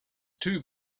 too